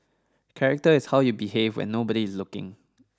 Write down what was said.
character is how you behave when nobody is looking